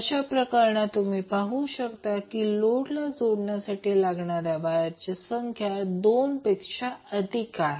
अशा प्रकरणात तुम्ही पाहू शकता की लोड जोडण्यासाठी लागणाऱ्या वायरची संख्या 2 पेक्षा अधिक आहे